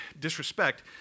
disrespect